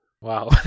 Wow